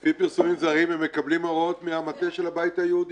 לפי פרסומים זרים הם מקבלים הוראות מהמטה של הבית היהודי.